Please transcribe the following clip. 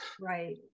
Right